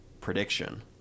prediction